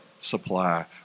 Supply